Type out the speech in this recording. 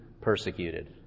persecuted